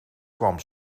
kwam